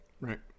Right